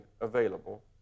available